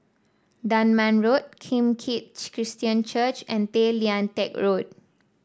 Dunman Road Kim Keat Christian Church and Tay Lian Teck Road